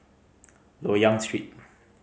Loyang Street